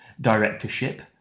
directorship